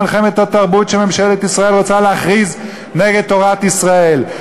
מלחמת התרבות שממשלת ישראל רוצה להכריז נגד תורת ישראל.